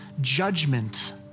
judgment